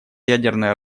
ядерное